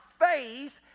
faith